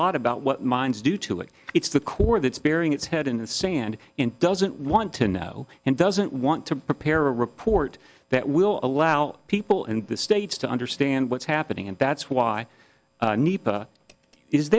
lot about what mines do to it it's the core that's bearing its head in the sand in doesn't want to know and doesn't want to prepare a report that will allow people in the states to understand what's happening and that's why